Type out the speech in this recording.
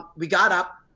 we got up,